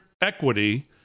equity